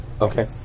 Okay